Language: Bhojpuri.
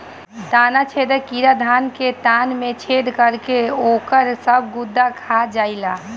तना छेदक कीड़ा धान के तना में छेद करके ओकर सब गुदा खा जाएला